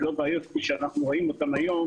ולא בעיות כפי שאנחנו ראינו אותן היום